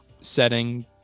setting